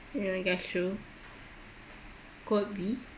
ya that's true could be